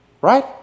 Right